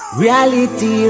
reality